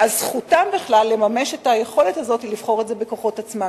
על זכותם בכלל לממש את היכולת הזאת לבחור את זה בכוחות עצמם,